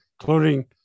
including